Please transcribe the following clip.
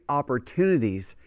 opportunities